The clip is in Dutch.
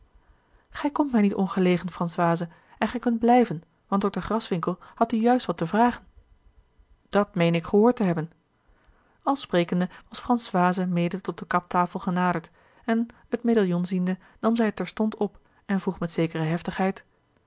gij komt mij niet ongelegen franchise en gij kunt blijven want dokter graswinckel had u juist wat te vragen dat meene ik gehoord te hebben al sprekende was françoise mede tot de kaptafel genaderd en het medaillon ziende nam zij het terstond op en vroeg met zekere heftigheid